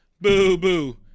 boo-boo